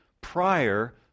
prior